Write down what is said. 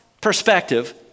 perspective